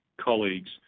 colleagues